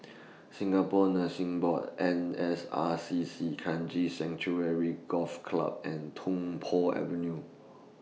Singapore Nursing Board N S R C C Kranji Sanctuary Golf Club and Tung Po Avenue